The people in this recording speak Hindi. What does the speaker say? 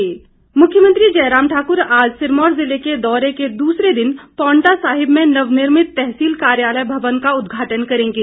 मुख्यमंत्री मुख्यमंत्री जयराम ठाकर आज सिरमौर जिले के दौरे के दूसरे दिन पांवटा साहिब में नवनिर्मित तहसील कार्यालय भवन का उदघाटन करेंगे